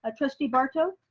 ah trustee barto.